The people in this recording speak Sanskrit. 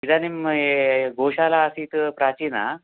इदानीं या गोशाला आसीत् प्राचीना